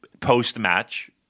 post-match